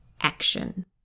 action